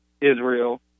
Israel